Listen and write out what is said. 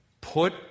Put